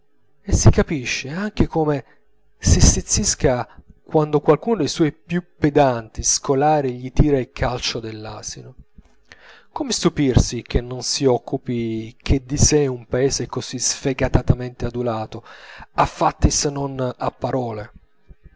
e si capisce anche come si stizzisca quando qualcuno dei suoi più pedanti scolari gli tira il calcio dell'asino come stupirsi che non si occupi che di sè un paese così sfegatatamente adulato a fatti se non a parole